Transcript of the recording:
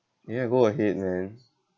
ya go ahead man